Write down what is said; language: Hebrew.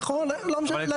נכון, לא משנה.